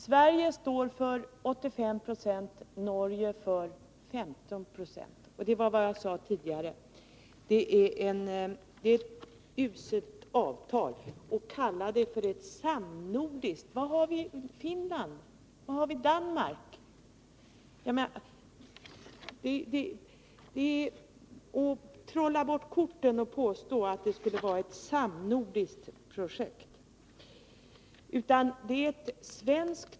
Sverige står för 85 Zo och Norge för 15 90 av kostnaderna. Det är, som jag sade tidigare, ett uselt avtal. Och så kallar man det för samnordiskt! Var har vi Finland? Var har vi Danmark? Det är att trolla bort korten att påstå att det skulle vara ett samnordiskt projekt.